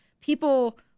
people